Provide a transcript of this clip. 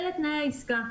אלה תנאי העסקה,